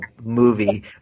movie